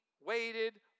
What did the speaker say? waited